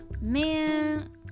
man